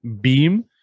beam